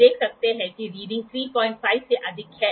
और यह यह स्लिप गेज पर टिका हुआ है